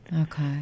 Okay